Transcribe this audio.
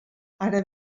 ara